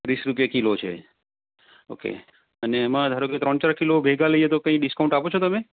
ત્રીસ રૂપિયા કિલો છે ઓકે અને એમા ધારો કે ત્રણ ચાર કિલો ભેગા લઈએ તો કઈ ડિસ્કાઉન્ટ આપો છો તમે